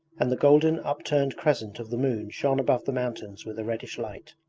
and the golden upturned crescent of the moon shone above the mountains with a reddish light.